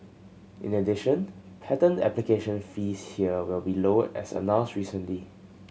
in addition patent application fees here will be lowered as announced recently